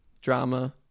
drama